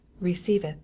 receiveth